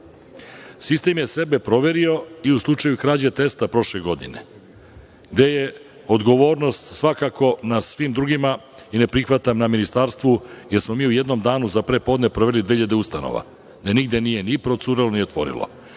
je sebe proverio i u slučaju krađe testa prošle godine, gde je odgovornost svakako na svim drugima i ne prihvatam na Ministarstvu, jer smo mi u jednom danu za prepodne proverili 2.000 ustanova, gde nigde nije ni procurelo ni